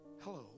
Hello